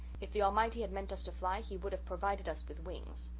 if the almighty had meant us to fly he would have provided us with wings.